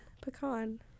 Pecan